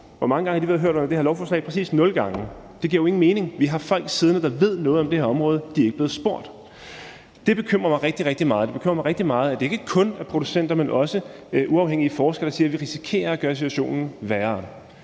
Hvor mange gange har de været hørt om det her lovforslag? Præcis nul gange. Det giver jo ingen mening. Vi har folk siddende, der ved noget om det her område. De er ikke blevet spurgt. Det bekymrer mig rigtig, rigtig meget. Det bekymrer mig rigtig, rigtig meget, at det ikke kun er producenter, men også uafhængige forskere, der siger, at vi risikerer at gøre situationen værre.